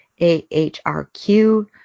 ahrq